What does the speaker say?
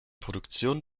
produktion